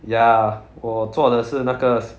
ya 我做的是那个